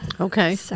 Okay